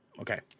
okay